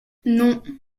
non